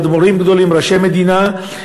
אדמו"רים גדולים,